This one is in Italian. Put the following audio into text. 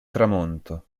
tramonto